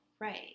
Right